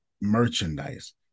merchandise